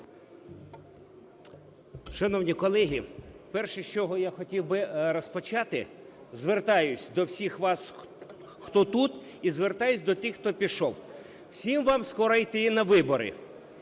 Шановні колеги, перше, з чого я хотів би розпочати, звертаюсь до всіх вас, хто тут, і звертаюсь до тих, хто пішов: всім вам скоро йти на вибори.